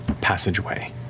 passageway